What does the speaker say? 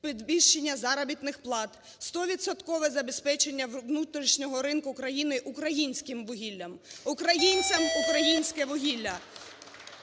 підвищення заробітних плат, стовідсоткове забезпечення внутрішнього ринку країни українським вугіллям. Українцям – українське вугілля.